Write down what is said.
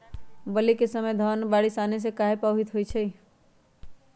बली क समय धन बारिस आने से कहे पभवित होई छई?